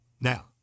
now